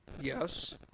Yes